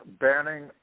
banning